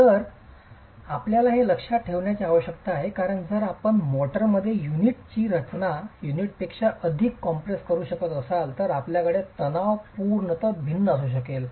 तर आणि आपल्याला हे लक्षात ठेवण्याची आवश्यकता आहे कारण जर आपण मोर्टारमध्ये युनिटची रचना युनिटपेक्षा अधिक कॉम्प्रेस करू शकत असाल तर आपल्याकडे तणाव पूर्णतः भिन्न असू शकेल